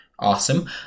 Awesome